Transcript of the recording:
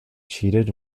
cheated